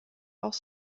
auch